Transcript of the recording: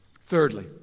Thirdly